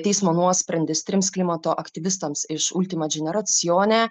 teismo nuosprendis trims klimato aktyvistams iš ultimadžineracijone